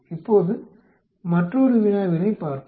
இப்போது மற்றொரு வினாவினைப் பார்ப்போம்